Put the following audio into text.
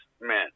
men